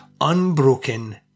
unbroken